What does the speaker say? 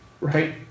right